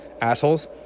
assholes